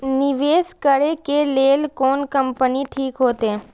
निवेश करे के लेल कोन कंपनी ठीक होते?